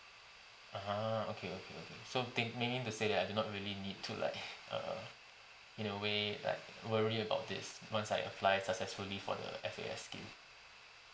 ah okay okay okay so think meaning to say that I do not really need to like err in a way like worry about this once I apply successfully for the F_A_S scheme